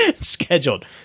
scheduled